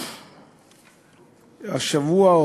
השבוע,